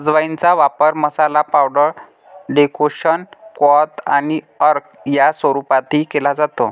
अजवाइनचा वापर मसाला, पावडर, डेकोक्शन, क्वाथ आणि अर्क या स्वरूपातही केला जातो